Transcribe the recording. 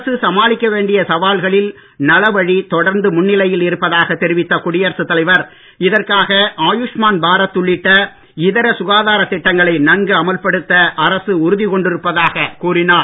அரசு சமாளிக்க வேண்டிய சவால்களில் நலவழி தொடர்ந்து முன்னிலையில் இருப்பதாக தெரிவித்த குடியரசுத் தலைவர் இதற்காக ஆயுஷ்மான் பாரத் உள்ளிட்ட இதர சுகாதாரத் திட்டங்களை நன்கு அமல்படுத்த அரசு உறுதி கொண்டிருப்பதாகக் கூறினார்